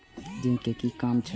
Zinc के कि काम छै?